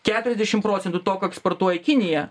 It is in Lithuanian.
keturiasdešim procentų to ko eksportuoja kinija